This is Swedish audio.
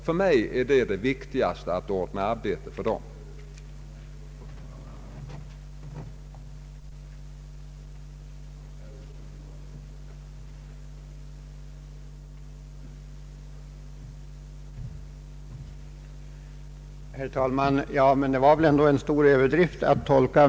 För mig är det viktigast att ordna arbete för dessa människor.